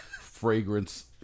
Fragrance